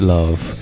Love